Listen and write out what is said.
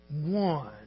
one